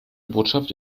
botschaft